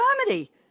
comedy